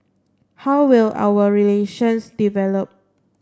how will our relations develop